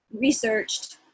researched